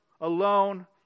alone